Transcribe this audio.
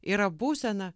yra būsena